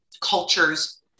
cultures